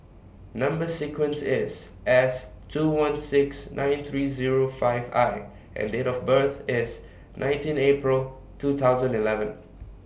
Number sequence IS S two one six nine three Zero five I and Date of birth IS nineteen April two thousand eleven